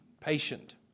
patient